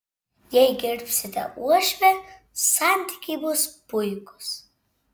jei gerbsite uošvę santykiai bus puikūs